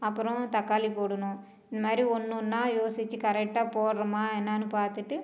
அப்புறம் தக்காளி போடணும் இந்தமாதிரி ஒன்று ஒன்றா யோசிச்சு கரெக்டாக போடுறோமா என்னன்னு பார்த்துட்டு